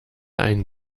ein